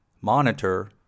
monitor